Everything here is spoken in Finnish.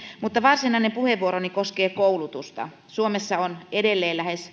mutta varsinainen puheenvuoroni koskee koulutusta suomessa on edelleen lähes